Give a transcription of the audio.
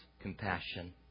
compassion